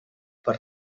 per